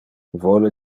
vole